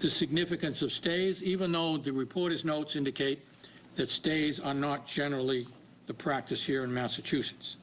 the significance of stays even though the reporter's notes indicate that stays are not generally the practice here in massachusetts.